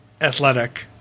athletic